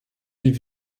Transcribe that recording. die